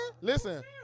Listen